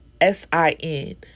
S-I-N